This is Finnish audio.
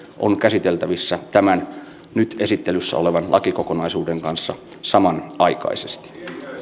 on käsiteltävissä tämän nyt esittelyssä olevan lakikokonaisuuden kanssa samanaikaisesti